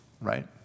right